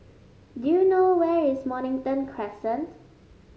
do you know where is Mornington Crescent